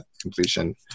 completion